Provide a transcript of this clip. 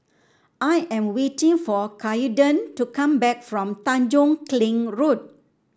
I am waiting for Kaiden to come back from Tanjong Kling Road